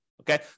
Okay